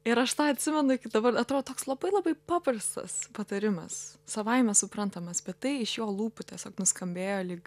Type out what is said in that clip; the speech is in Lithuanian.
ir aš tą atsimenu iki dabar atrodo toks labai labai paprastas patarimas savaime suprantamas bet tai iš jo lūpų tiesiog nuskambėjo lyg